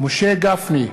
משה גפני,